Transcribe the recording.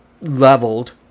leveled